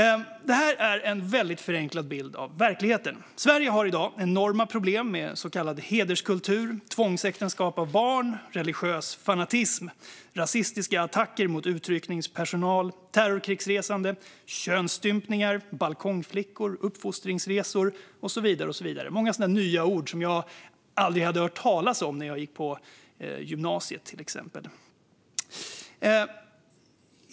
Det är en väldigt förenklad bild av verkligheten. Sverige har i dag enorma problem med så kallad hederskultur, tvångsäktenskap för barn, religiös fanatism, rasistiska attacker mot utryckningspersonal, terrorkrigsresande, könsstympningar, balkongflickor, uppfostringsresor och så vidare. Det är många nya ord som jag aldrig hade hört talas om när jag gick på gymnasiet. Herr talman!